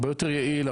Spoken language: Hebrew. הרבה יותר יעיל,